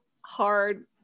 hard